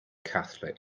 catholic